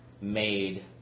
made